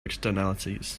externalities